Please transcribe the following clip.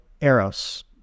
eros